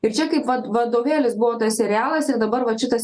ir čia kaip vad vadovėlis buvo tas serialas ir dabar vat šitas